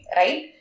right